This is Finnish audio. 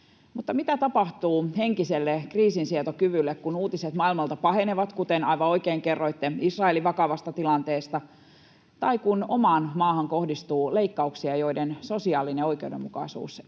Mutta mitä tapahtuu henkiselle kriisinsietokyvylle, kun uutiset maailmalta pahenevat, kuten aivan oikein kerroitte Israelin vakavasta tilanteesta, tai kun omaan maahan kohdistuu leikkauksia, joiden sosiaalinen oikeudenmukaisuus ei